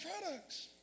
products